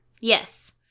Yes